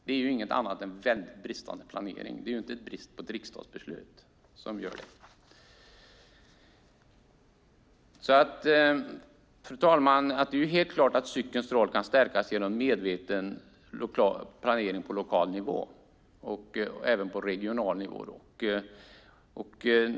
Det är inte någonting annat än en mycket bristande planering. Det är inte brist på riksdagsbeslut. Fru talman! Det är helt klart att cykelns roll kan stärkas genom medveten planering på lokal nivå och även på regional nivå.